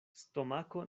stomako